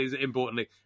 importantly